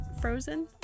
frozen